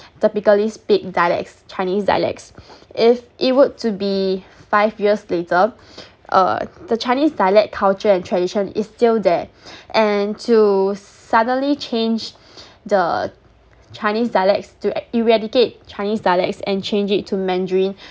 typically speak dialects chinese dialects if it would to be five years later uh the chinese dialect culture and tradition is still there and to suddenly change the chinese dialects to e~ eradicate chinese dialects and change it to mandarin